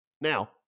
now